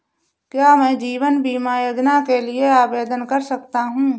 क्या मैं जीवन बीमा योजना के लिए आवेदन कर सकता हूँ?